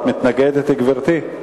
את מתנגדת, גברתי?